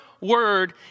word